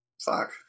Fuck